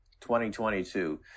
2022